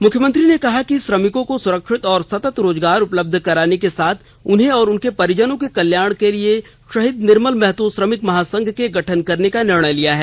मुख्यमंत्री ने कहा कि श्रमिकों को सुरक्षित और सतत रोजगार उपलब्ध कराने के साथ उन्हें और उनके परिजनों के कल्याण के लिए शहीद निर्मल महतो श्रमिक महासंघ के गठन करने का निर्णय लिया है